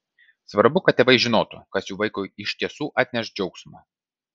svarbu kad tėvai žinotų kas jų vaikui iš tiesų atneš džiaugsmo